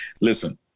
listen